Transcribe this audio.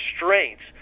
restraints